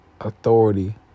authority